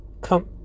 come